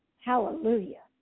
Hallelujah